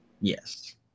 Yes